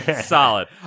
Solid